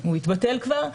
הוא התבטל כבר.